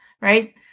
right